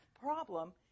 problem